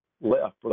left